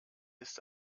ist